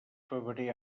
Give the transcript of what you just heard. febrer